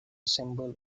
symbol